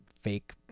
fake